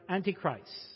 Antichrist